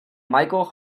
michael